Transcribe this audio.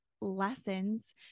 lessons